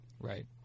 Right